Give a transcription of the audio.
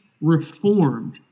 reformed